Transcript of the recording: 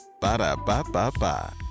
Ba-da-ba-ba-ba